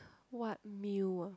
what meal ah